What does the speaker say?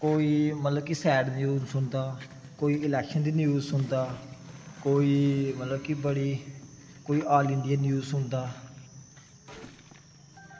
कोई मतलब sad news सुनदा कोई इलेक्शन दी न्यूज़ सुनदा कोई मतलब की बड़ी कोई ऑल इंडिया न्यूज़ सुनदा